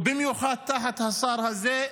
או במיוחד תחת השר הזה,